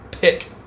pick